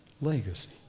legacy